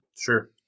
sure